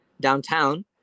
downtown